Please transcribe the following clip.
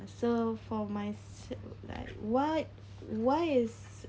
so for myself like what why is